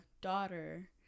daughter